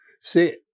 See